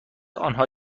آنها